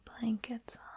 blankets